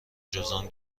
جذام